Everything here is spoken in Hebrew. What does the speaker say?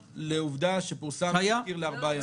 לעובדה שפורסם תזכיר למשך ארבעה ימים בלבד.